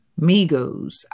Migos